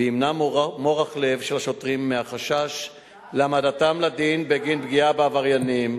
וימנע מורך לב של השוטרים מחשש שיועמדו לדין בגין פגיעה בעבריינים.